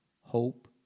Hope